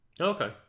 Okay